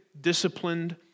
disciplined